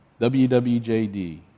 WWJD